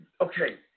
okay